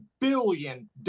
billion